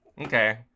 Okay